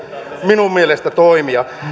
minun mielestäni toimia